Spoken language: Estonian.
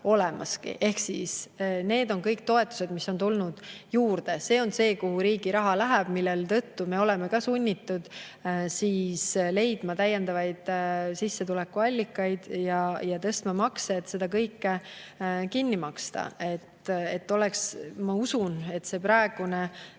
olemaski. Need on kõik toetused, mis on [tõusnud või] tulnud juurde. See on see, kuhu riigi raha läheb, mille tõttu me oleme sunnitud leidma täiendavaid sissetulekuallikaid ja tõstma makse, et seda kõike kinni maksta. Ma usun, et see praegune